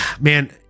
man